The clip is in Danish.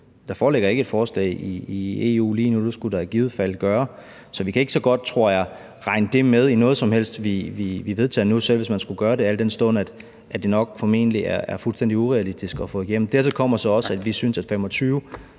ikke foreligger et forslag i EU lige nu, og det skulle der i givet fald gøre. Så vi kan ikke så godt, tror jeg, regne det med i noget som helst, vi vedtager nu, selv hvis man skulle gøre det, al den stund at det formentlig er fuldstændig urealistisk at få igennem. Dertil kommer så også, at vi synes, at 2025